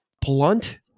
blunt